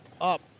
Up